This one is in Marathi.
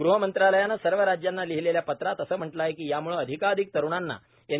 गृह मंत्रालयाने सर्व राज्यांना लिहिलेल्या पत्रात असे म्हटले आहे की यामुळे अधिकाधिक तरुणांना एन